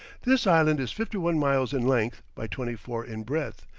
this island is fifty-one miles in length by twenty-four in breadth,